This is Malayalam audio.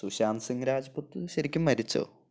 സുശാന്ത് സിങ് രാജ്പുത് ശരിക്കും മരിച്ചോ